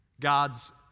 God's